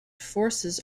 forces